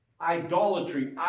Idolatry